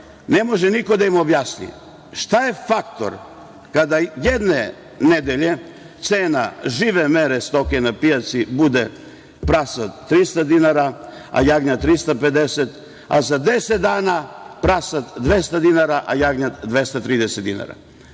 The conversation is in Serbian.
ne može niko da im objasni šta je faktor kada jedne nedelje cena žive mere stoke na pijaci bude prasad 300 dinara, a jagnjad 350 dinara, a za deset dana prasad 200 dinara, a jagnjad 230 dinara.